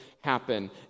happen